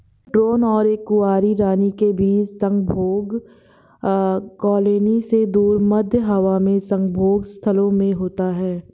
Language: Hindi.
ड्रोन और एक कुंवारी रानी के बीच संभोग कॉलोनी से दूर, मध्य हवा में संभोग स्थलों में होता है